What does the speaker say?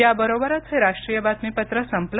याबरोबरच हे राष्ट्रीय बातमीपत्र संपलं